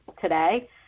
today